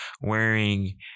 wearing